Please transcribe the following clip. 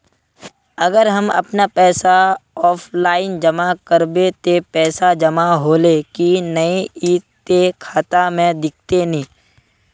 अगर हम अपन पैसा ऑफलाइन जमा करबे ते पैसा जमा होले की नय इ ते खाता में दिखते ने?